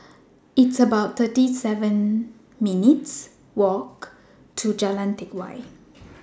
It's about thirty seven minutes' Walk to Jalan Teck Whye